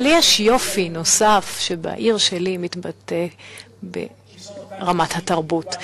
אבל יש יופי נוסף, שבעיר שלי מתבטא ברמת התרבות.